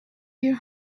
your